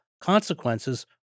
consequences